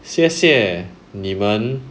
谢谢你们